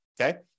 okay